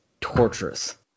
torturous